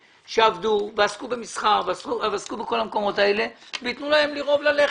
שעבדו ועסקו במסחר וייתנו להם לרעוב ללחם.